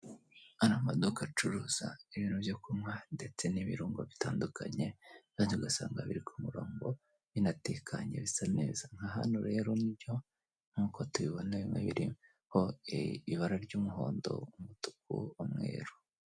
Aya ni amaduka acuruza ibintu byo kunywa ndetse n'ibirungo bitandukanye, maze ugasanga biri ku murongo binatekanye bisa neza, nka hano rero ni byo nkuko tubibona bimwe biriho ibara ry'umuhondo umutuku, umweru.